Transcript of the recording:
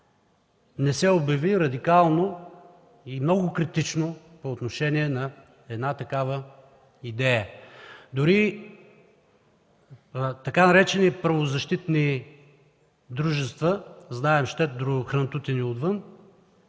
не се обявиха радикално и много критично по отношение на една такава идея. Дори така наречени „правозащитни дружества”, знаем – щедро хрантутени отвън,